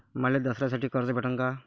मले दसऱ्यासाठी कर्ज भेटन का?